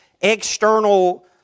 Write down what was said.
external